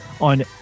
on